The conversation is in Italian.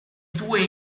due